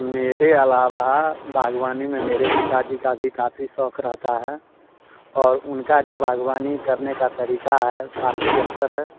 मेरे आलावा बागवानी में मेरे पिताजी का भी काफ़ी शौक रहता है और उनका जो बागवानी करने का तरीका है काफ़ी बेहतर है